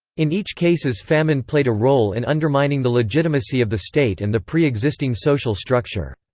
in each cases famine played a role in undermining the legitimacy of the state and the preexisting social structure.